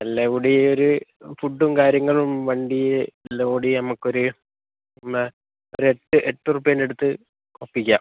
എല്ലാം കൂടി ഒരു ഫുഡും കാര്യങ്ങളും വണ്ടി എല്ലാം കൂടി നമുക്കൊരു ഒന്ന് ഒരു എട്ട് എട്ട് ഉറുപ്യെന്റെ അടുത്ത് ഒപ്പിക്കാം